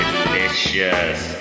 Delicious